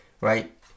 right